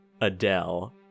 adele